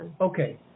Okay